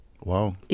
Wow